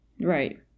Right